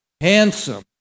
handsome